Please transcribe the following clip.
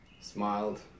Smiled